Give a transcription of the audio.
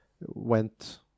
went